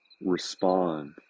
respond